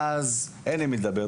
ואז אין עם מי לדבר,